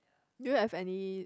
do you have any